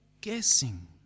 guessing